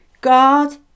God